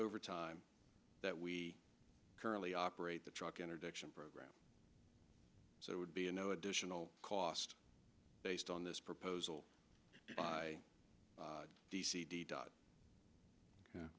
overtime that we currently operate the truck interdiction program so it would be a no additional cost based on this proposal by